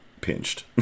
pinched